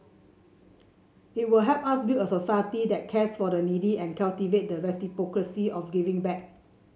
it will help us build a society that cares for the needy and cultivate the reciprocity of giving back